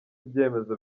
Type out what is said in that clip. ibyemezo